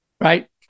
right